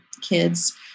kids